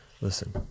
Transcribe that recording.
Listen